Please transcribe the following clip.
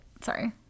Sorry